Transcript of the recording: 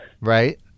Right